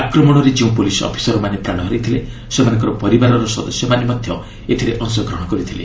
ଆକ୍ରମଣରେ ଯେଉଁ ପୁଲିସ୍ ଅଫିସରମାନେ ପ୍ରାଣ ହରାଇଥିଲେ ସେମାନଙ୍କ ପରିବାରର ସଦସ୍ୟମାନେ ମଧ୍ୟ ଏଥିରେ ଅଂଶଗ୍ରହଣ କରିଥିଲେ